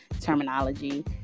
terminology